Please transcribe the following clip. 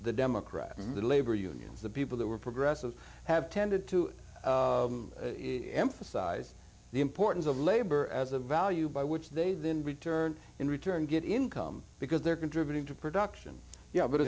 the democrats in the labor unions the people that were progressive have tended to emphasize the importance of labor as a value by which they then return in return get income because they're contributing to production y